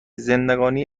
زندگانی